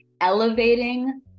elevating